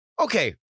okay